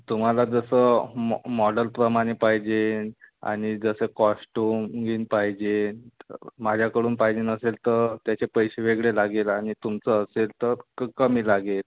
तुम्हाला जसं म मॉडलप्रमाणे पाहिजे आणि जसं कॉस्ट्युमीन पाहिजे माझ्याकडून पाहिजे असेल तर त्याचे पैसे वेगळे लागेल आणि तुमचं असेल तर क कमी लागेल